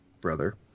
brother